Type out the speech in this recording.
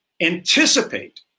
anticipate